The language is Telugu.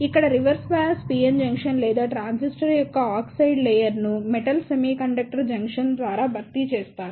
ఇక్కడ రివర్స్ బయాస్ PN జంక్షన్ లేదా ట్రాన్సిస్టర్ యొక్క ఆక్సైడ్ లేయర్ ను మెటల్ సెమీకండక్టర్ జంక్షన్ ద్వారా భర్తీ చేస్తారు